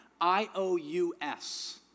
I-O-U-S